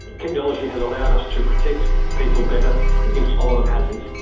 technology has allowed us to protect people better against a lot of hazards.